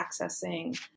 accessing